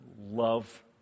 love